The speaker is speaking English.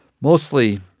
mostly